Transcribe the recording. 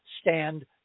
stand